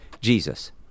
Jesus